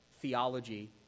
theology